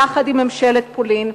יחד עם ממשלת פולין,